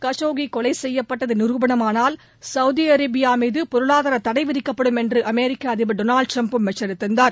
Khashoggi கொலை செய்யப்பட்டது நிரூபனம் ஆனால் சவுதி அரேபியா மீது பொருளாதார தடை விதிக்கப்படும் என்று அமெரிக்க அதிபர் திரு டொனாவ்டு டிரம்பும் எச்சரித்திருந்தார்